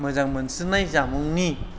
मोजां मोनसिननाय जामुंनि